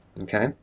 Okay